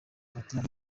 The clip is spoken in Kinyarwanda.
platnumz